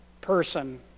person